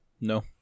No